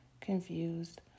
confused